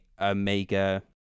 Omega